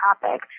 topic